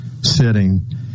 sitting